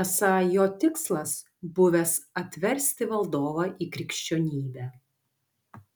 esą jo tikslas buvęs atversti valdovą į krikščionybę